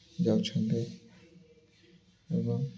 ଯାଉଛନ୍ତି ଏବଂ